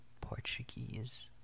Portuguese